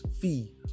fee